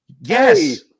Yes